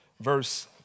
Verse